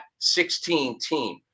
16-team